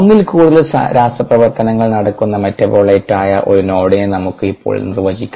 ഒന്നിൽ കൂടുതൽ രാസപ്രവർത്തനങ്ങൾ നടക്കുന്ന മെറ്റാബോലൈറ്റായ ഒരു നോഡിനെ നമുക്ക് ഇപ്പോൾ നിർവചിക്കാം